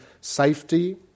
safety